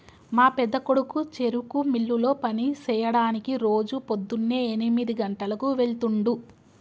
మా పెద్దకొడుకు చెరుకు మిల్లులో పని సెయ్యడానికి రోజు పోద్దున్నే ఎనిమిది గంటలకు వెళ్తుండు